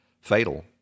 fatal